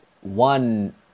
one